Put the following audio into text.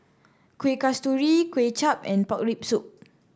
Kuih Kasturi Kway Chap and Pork Rib Soup